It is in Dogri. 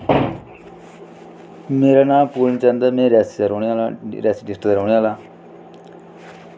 मेरा नांऽ फूल चंद ऐ में रियासी दा रौह्ने आह्ला रियासी डिस्ट्रिक्ट दा रौहेने आह्ला